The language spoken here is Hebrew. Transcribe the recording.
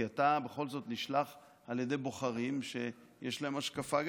כי אתה בכל זאת נשלח על ידי בוחרים שיש גם להם השקפה,